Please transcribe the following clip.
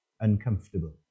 uncomfortable